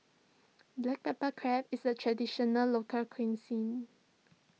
Black Pepper Crab is a Traditional Local Cuisine